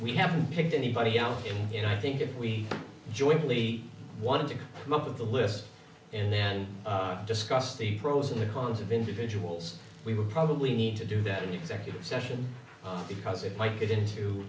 we haven't picked anybody else in and i think if we jointly wanted to come up with a list and then discuss the pros and the cons of individuals we would probably need to do that and executive session because it might get into